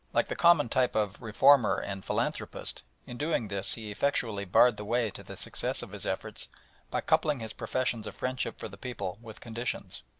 like the common type of reformer and philanthropist, in doing this he effectually barred the way to the success of his efforts by coupling his professions of friendship for the people with conditions.